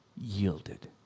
yielded